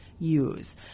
use